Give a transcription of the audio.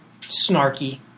snarky